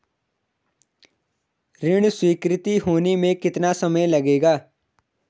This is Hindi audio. ऋण स्वीकृति होने में कितना समय लगेगा?